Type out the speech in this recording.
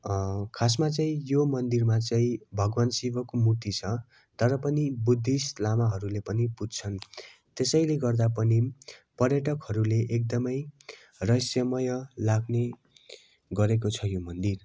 खासमा चाहिँ यो मन्दिरमा चाहिँ भगवान् शिवको मूर्ति छ तर पनि बुद्धिस्ट लामाहरूले पनि पुज्दछन् त्यसैले गर्दा पनि पर्यटकहरूले एकदमै रहस्यमय लाग्ने गरेको छ यो मन्दिर